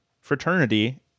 fraternity